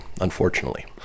unfortunately